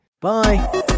Bye